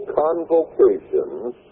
convocations